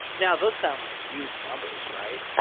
now, those sound like huge numbers right?